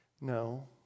No